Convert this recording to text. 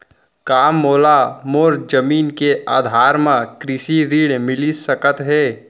का मोला मोर जमीन के आधार म कृषि ऋण मिलिस सकत हे?